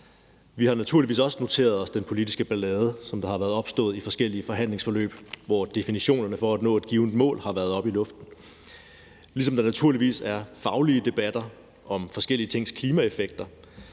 Vi har naturligvis også noteret os den politiske ballade, der har været opstået i forskellige forhandlingsforløb, hvor definitionerne for at nå et givent mål har været oppe i luften. Der er naturligvis også faglige debatter om forskellige tings klimaeffekter.